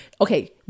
okay